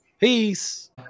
Peace